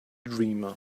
dreamer